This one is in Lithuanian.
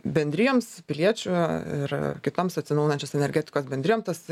bendrijoms piliečių ir kitoms atsinaujinančios energetikos bendrijom tas